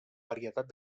varietat